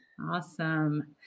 Awesome